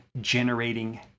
generating